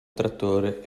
trattore